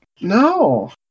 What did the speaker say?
No